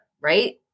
right